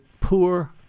poor